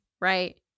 right